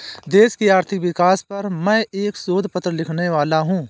देश की आर्थिक विकास पर मैं एक शोध पत्र लिखने वाला हूँ